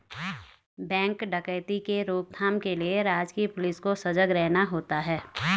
bank डकैती के रोक थाम के लिए राजकीय पुलिस को सजग रहना होता है